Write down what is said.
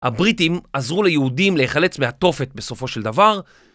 הבריטים עזרו ליהודים להיחלץ מהתופת בסופו של דבר